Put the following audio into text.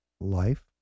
Life